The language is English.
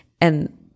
and-